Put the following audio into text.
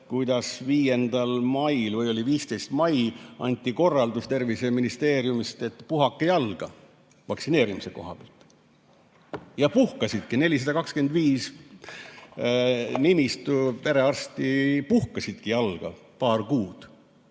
kuidas 5. mail – või oli 15. mai – anti korraldus terviseministeeriumist, et puhake jalga vaktsineerimise koha pealt. Ja puhkasidki, 425 nimistu perearstid puhkasidki jalga paar kuud,